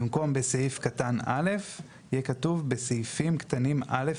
במקום "בסעיף קטן (א)" יהיה כתוב "בסעיפים קטנים (א)